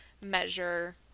measure